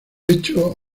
hecho